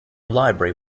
library